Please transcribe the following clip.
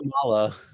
Kamala